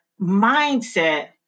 mindset